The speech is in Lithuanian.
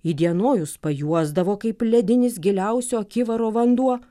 įdienojus pajuosdavo kaip ledinis giliausio akivaro vanduo